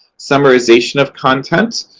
summarization of content.